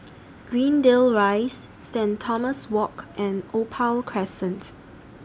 Greendale Rise Saint Thomas Walk and Opal Crescent